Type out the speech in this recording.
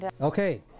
Okay